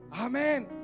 Amen